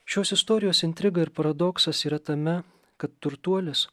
šios istorijos intriga ir paradoksas yra tame kad turtuolis